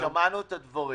לא, שמענו את הדברים.